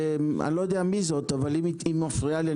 אני לא יודע מי זאת אבל היא מפריעה לי,